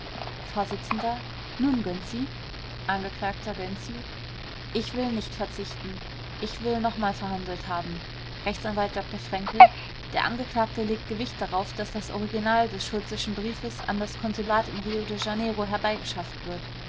vors nun gönczi angeklagter gönczi ich will nicht verzichten ich will noch mal verhandelt haben rechtsanwalt dr fränkel der angeklagte legt gewicht darauf daß das original des schulzeschen briefes an das konsulat in rio de janeiro herbeigeschafft wird